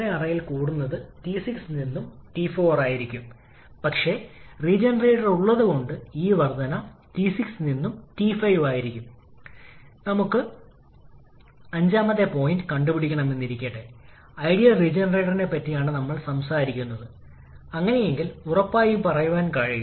അതിനാൽ അടിസ്ഥാന ചക്രത്തിൽ നമ്മൾ ചിലതരം പരിഷ്കാരങ്ങൾ വരുത്തേണ്ടതുണ്ട് അതുവഴി നമ്മൾക്ക് ജോലി അനുപാതം വർദ്ധിപ്പിക്കാനോ കംപ്രസ്സർ വർക്ക് ആവശ്യകത കുറയ്ക്കാനോ കഴിയും